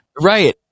Right